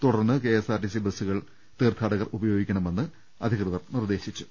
തുടർന്ന് K S R T C ബസ്സുകൾ തീർത്ഥാ ടകർ ഉപയോഗിക്കണമെന്ന് അധികൃതർ നിർദ്ദേശിച്ചു